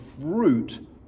fruit